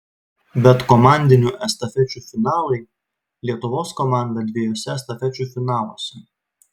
bet komandinių estafečių finalai lietuvos komanda dviejuose estafečių finaluose